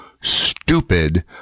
stupid